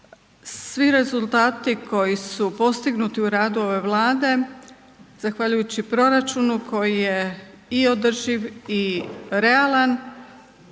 svi rezultati koji su postignuti u radu ove Vlade zahvaljujući proračunu koji je i održiv i realan,